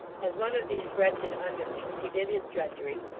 as one of these wretched underlings, he did his drudgery,